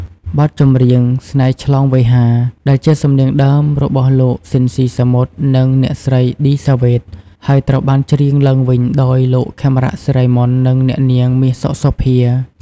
បទចម្រៀង ស្នេហ៍ឆ្លងវេហា ដែលជាសំនៀងដើមរបស់លោក ស៊ីន ស៊ីសាមុត និងអ្នកស្រី ឌី សាវ៉េត ហើយត្រូវបានច្រៀងឡើងវិញដោយលោក ខេមរៈ សិរីមន្ត និងអ្នកនាង មាស សុខសោភា។